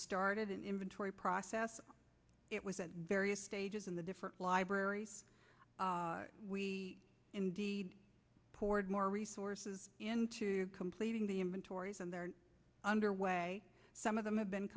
started an inventory process it was at various stages in the different libraries we indeed poured more resources into completing the inventories and they're under way some of them have been